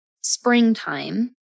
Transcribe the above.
springtime